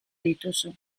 dituzu